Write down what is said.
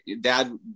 dad